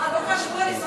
מה, לא חשבו על עיסאוויה?